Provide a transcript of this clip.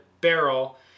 barrel